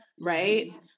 right